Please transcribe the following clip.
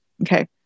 Okay